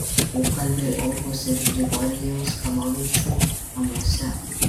pokalbiai olgos ir grigorijaus kanovičių namuose